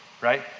right